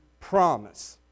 promise